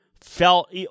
felt